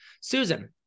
Susan